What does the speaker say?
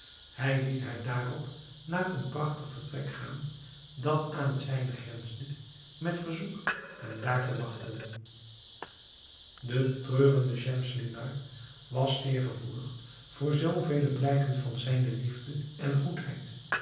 hij liet haar daarop naar een prachtig vertrek gaan dat aan het zijne grensde met verzoek hem daar te wachten de treurende schemselnihar was zeer gevoelig voor zoo vele blijken van zijne liefde en goedheid